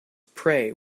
pray